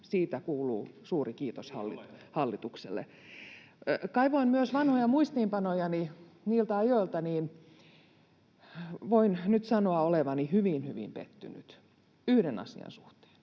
Siitä kuuluu suuri kiitos hallitukselle. Kaivoin myös vanhoja muistiinpanojani niiltä ajoilta, ja voin nyt sanoa olevani hyvin, hyvin pettynyt yhden asian suhteen: